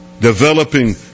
developing